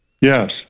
Yes